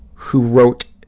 who wrote,